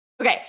Okay